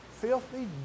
filthy